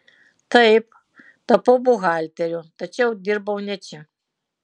taip tapau buhalteriu tačiau dirbau ne čia